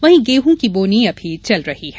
वहीं गेहूं की बोनी अभी चल रही है